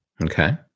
Okay